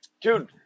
Dude